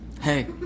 Hey